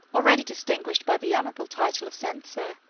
already distinguished by the honorable title of censor,